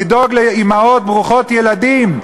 לדאוג לאימהות ברוכות ילדים.